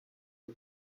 río